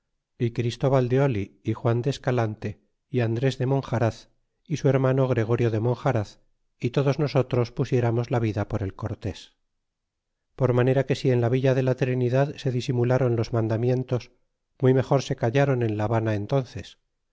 y christobal de oli y juan de escalante é andres de monjaraz y su hermano gregorio de monjaraz y todos nosotros pusiéramos la vida por el cortés por manera que si en la villa de la trinidad se disimulron los mandamientos muy mejor se callron en la habana entónces